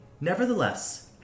Nevertheless